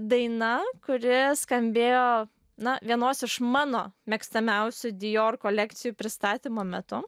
daina kuri skambėjo na vienos iš mano mėgstamiausių dijor kolekcijų pristatymo metu